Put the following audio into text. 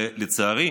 לצערי,